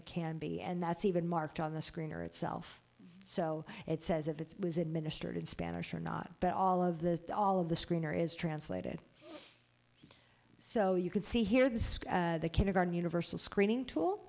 it can be and that's even marked on the screen or itself so it says if it's was administered in spanish or not but all of the all of the screener is translated so you can see here that the kindergarten universal screening tool